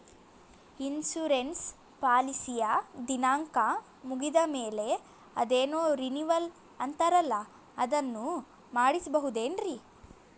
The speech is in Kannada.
ಇನ್ಸೂರೆನ್ಸ್ ಪಾಲಿಸಿಯ ದಿನಾಂಕ ಮುಗಿದ ಮೇಲೆ ಅದೇನೋ ರಿನೀವಲ್ ಅಂತಾರಲ್ಲ ಅದನ್ನು ಮಾಡಿಸಬಹುದೇನ್ರಿ?